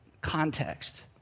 context